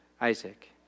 Isaac